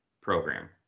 program